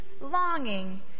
longing